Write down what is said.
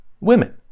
women